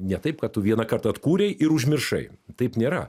ne taip kad tu vieną kartą atkūrei ir užmiršai taip nėra